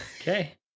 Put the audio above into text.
Okay